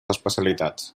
especialitats